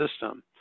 system